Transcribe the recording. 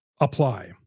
apply